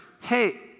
hey